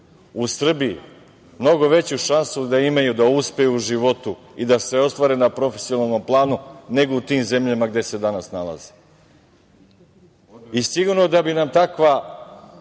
u Srbiji mnogo veću šansu da imaju da uspeju u životu i da se ostvare na profesionalnom planu nego u tim zemljama gde se danas nalaze. Sigurno da bi nam takva